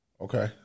Okay